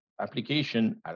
application